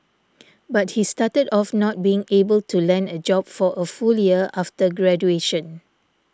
but he started off not being able to land a job for a full year after graduation